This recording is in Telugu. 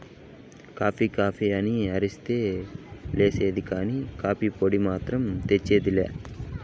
కాఫీ కాఫీ అని అరస్తా లేసేదే కానీ, కాఫీ పొడి మాత్రం తెచ్చేది లా